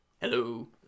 Hello